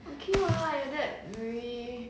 okay [what] like that very